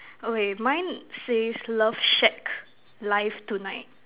okay mine says love shack live tonight